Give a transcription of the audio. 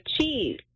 Cheese